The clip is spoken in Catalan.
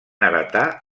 heretar